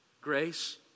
Grace